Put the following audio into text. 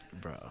Bro